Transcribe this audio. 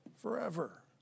forever